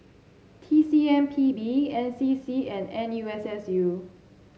T C M P B N C C and N U S S U